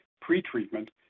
pre-treatment